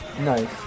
Nice